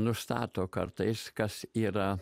nustato kartais kas yra